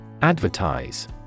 Advertise